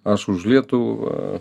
aš už lietuvą